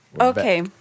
Okay